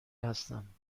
هستم